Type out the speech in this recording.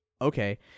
Okay